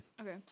Okay